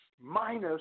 minus